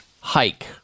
hike